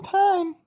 time